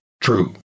True